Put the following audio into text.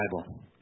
Bible